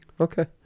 Okay